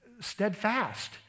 steadfast